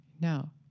Now